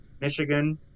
Michigan